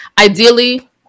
ideally